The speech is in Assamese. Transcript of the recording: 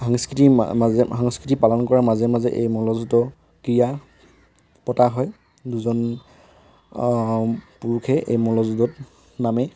সাংস্কৃতিৰ মা মাজে সাংস্কৃতিৰ পালন কৰা মাজে মাজে এই মল্লযুদ্ধ ক্ৰীড়া পতা হয় দুজন পুৰুষে এই মল্লযুদ্ধত নামে